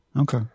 Okay